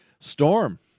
storm